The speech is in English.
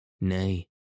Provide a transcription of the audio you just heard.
Nay